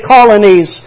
Colonies